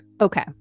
Okay